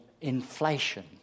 inflation